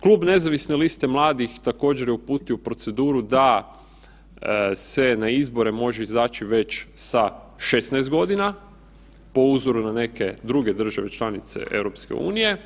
Klub nezavisne liste mladih također je uputio u proceduru da se na izbore može izaći već sa 16.g. po uzoru na neke druge države članice EU.